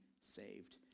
saved